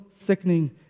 sickening